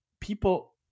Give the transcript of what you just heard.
people